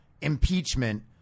impeachment